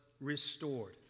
restored